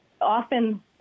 often